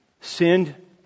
sinned